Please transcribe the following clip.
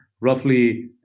Roughly